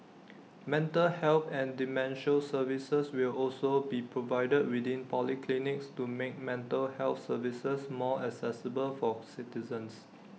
mental health and dementia services will also be provided within polyclinics to make mental health services more accessible for citizens